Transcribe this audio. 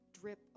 drip